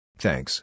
thanks